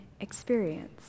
experience